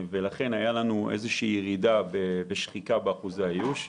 הייתה לנו ירידה ושחיקה באחוזי האיוש.